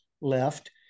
left